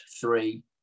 three